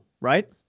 right